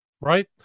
right